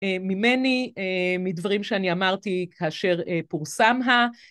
ממני, מדברים שאני אמרתי כאשר פורסם ה...